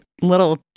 little